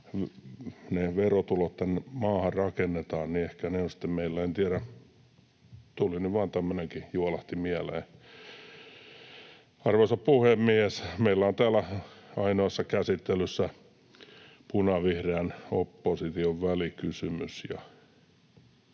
verotulot tänne maahan rakennetaan, ovat sitten meillä. En tiedä, juolahti nyt vaan tämmöinenkin mieleen. Arvoisa puhemies! Meillä on täällä ainoassa käsittelyssä punavihreän opposition välikysymys.